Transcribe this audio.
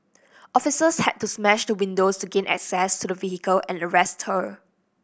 officers had to smash the windows to gain access to the vehicle and arrest her